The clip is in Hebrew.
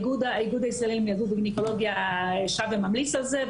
האיגוד הישראלי למיילדות וגניקולוגיה שב וממליץ על זה,